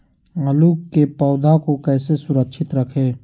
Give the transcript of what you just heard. आलू के पौधा को कैसे सुरक्षित रखें?